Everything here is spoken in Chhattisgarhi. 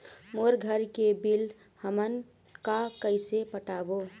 मोर घर के बिल हमन का कइसे पटाबो?